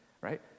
right